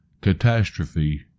catastrophe